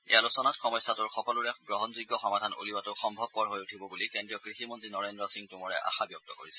এই আলোচনাত সমস্যাটোৰ সকলোৰে গ্ৰহণযোগ্য সমাধান উলিওৱাটো সম্ভৱপৰ হৈ উঠিব বুলি কেন্দ্ৰীয় কৃষিমন্ৰী নৰেন্দ্ৰ সিং টোমৰে আশা ব্যক্ত কৰিছে